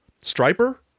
Striper